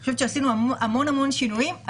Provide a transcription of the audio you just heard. אני חושבת שעשינו המון המון שינויים.